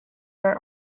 were